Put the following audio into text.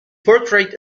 portrayed